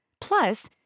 Plus